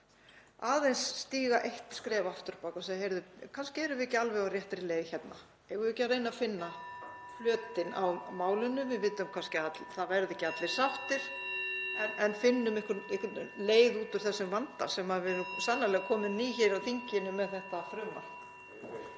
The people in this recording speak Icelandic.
aðeins eitt skref aftur á bak og segja: Heyrðu, kannski erum við ekki alveg á réttri leið hérna. Eigum við ekki að reyna að finna flötinn á málinu? Við vitum kannski að það verða ekki allir sáttir. En finnum einhverja leið út úr þessum vanda sem við erum sannarlega komin í hér á þinginu með þetta frumvarp.